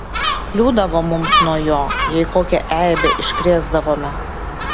kliūdavo mums nuo jo jei kokią eibę iškrėsdavome